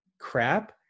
crap